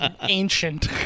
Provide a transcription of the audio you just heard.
ancient